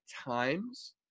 times